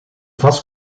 vast